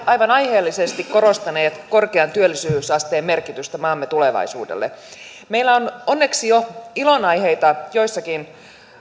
aivan aiheellisesti korostaneet korkean työllisyysasteen merkitystä maamme tulevaisuudelle meillä on onneksi jo ilonaiheita joillakin